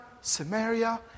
Samaria